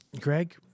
Greg